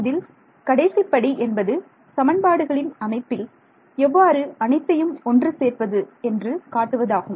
இதில் கடைசிப் படி என்பது சமன்பாடுகளின் அமைப்பில் எவ்வாறு அனைத்தையும் ஒன்று சேர்ப்பது என்று காட்டுவதாகும்